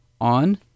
on